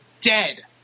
dead